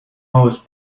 most